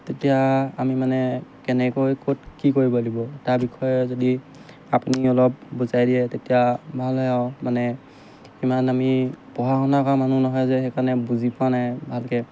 তেতিয়া আমি মানে কেনেকৈ ক'ত কি কৰিব লাগিব তাৰ বিষয়ে যদি আপুনি অলপ বুজাই দিয়ে তেতিয়া ভাল হয় আৰু মানে ইমান আমি পঢ়া শুনা কৰা মানুহ নহয় যে সেইকাৰণে বুজি পোৱা নাই ভালকৈ